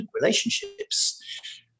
relationships